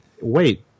wait